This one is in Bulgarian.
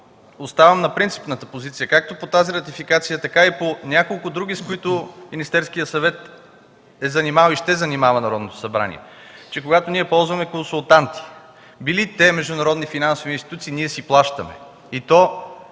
оставам на принципната позиция, както по тази ратификация, така и по няколко други, с които Министерският съвет занимава и ще занимава Народното събрание. Когато ние ползваме консултант, били те международни финансови институции, ние си плащаме,